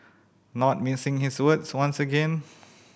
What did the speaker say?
not mincing his words once again